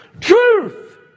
Truth